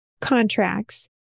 contracts